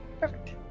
Perfect